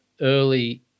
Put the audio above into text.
early